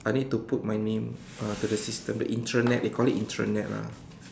I need to put my name uh to the system the intranet they call it intranet lah